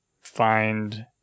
find